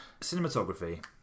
cinematography